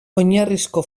oinarrizko